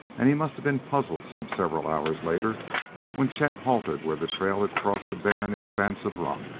and he must have been puzzled some several hours later when chet halted where the trail had crossed a barren expanse of rock.